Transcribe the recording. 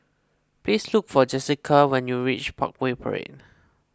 please look for Jessika when you reach Parkway Parade